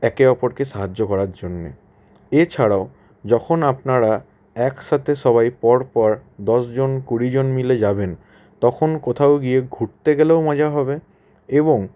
একে অপরকে সাহায্য করার জন্য এছাড়াও যখন আপনারা এক সাথে সবাই পর পর দশ জন কুড়ি জন মিলে যাবেন তখন কোথাও গিয়ে ঘুরতে গেলেও মজা হবে এবং